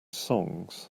songs